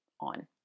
on